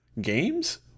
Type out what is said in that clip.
Games